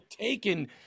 taken